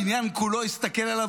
הבניין כולו הסתכל עליו,